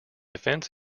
offense